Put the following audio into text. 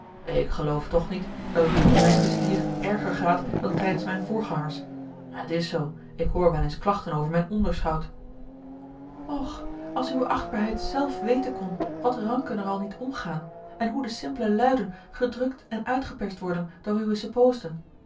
ik geloof toch niet dat het onder mijn bestier erger gaat dan tijdens mijne voorgangers het is zoo ik hoor wel eens klachten over mijn onderschout och als uwe achtbaarheid zelf weten kon wat ranken er al niet omgaan en hoe de simpele luiden gedrukt en uitgeperst worden door uwe